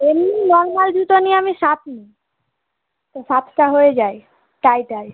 এমনি নরমাল জুতা নিই আমি সাত নিই তো সাতটা হয়ে যায় টায় টায়